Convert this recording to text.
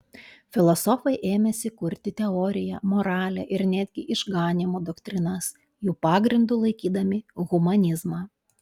filosofai ėmėsi kurti teoriją moralę ir netgi išganymo doktrinas jų pagrindu laikydami humanizmą